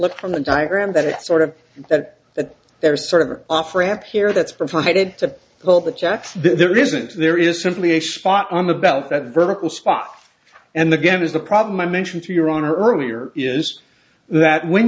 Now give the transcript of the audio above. look from the diagram that it sort of that that there is sort of an off ramp here that's provided to all the jets that there isn't there is simply a spot on the belt that vertical spot and again is the problem i mentioned to your honor earlier is that when